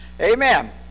amen